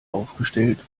aufgestellt